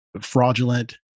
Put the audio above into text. fraudulent